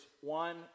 one